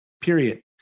period